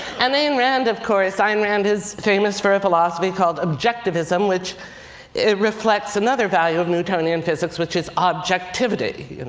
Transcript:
and ayn rand of course, ayn and rand is famous for a philosophy called objectivism, which reflects another value of newtonian physics, which is objectivity. and